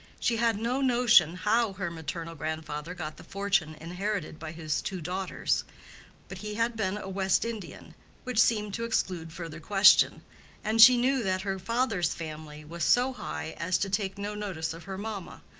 she had no notion how her maternal grandfather got the fortune inherited by his two daughters but he had been a west indian which seemed to exclude further question and she knew that her father's family was so high as to take no notice of her mamma,